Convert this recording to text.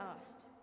asked